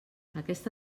aquesta